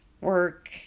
work